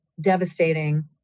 devastating